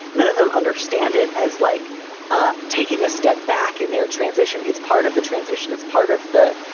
none of them understand it as like ah taking a step back in their transition. it's part of the transition. it's part of the